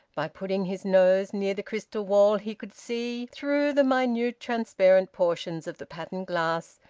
by putting his nose near the crystal wall he could see, through the minute transparent portions of the patterned glass,